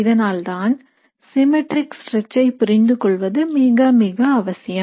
இதனால்தான் symmetric stretch ஐ புரிந்து கொள்வது மிக மிக அவசியம்